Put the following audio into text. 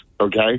Okay